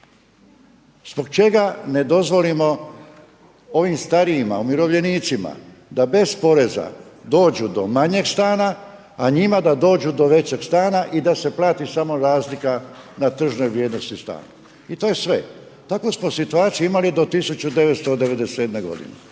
Zbog čega ne dozvoliti ovim starijima, umirovljenicima da bez poreza dođu do manjeg stana, a njima da dođu do većeg stana i da se plati samo razlika na tržnoj vrijednosti stana. I to je sve. Takvu smo situaciju imali do 1997. godine.